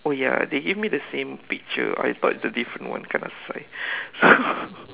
oh ya they give me the same picture I thought it's a different one kanasai so